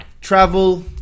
travel